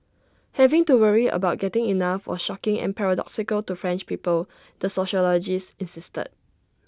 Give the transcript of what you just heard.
having to worry about getting enough was shocking and paradoxical to French people the sociologist insisted